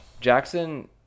Jackson